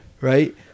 Right